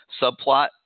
subplot